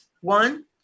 One